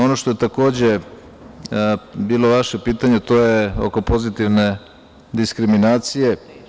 Ono što je takođe bilo vaše pitanje, to je oko pozitivne diskriminacije.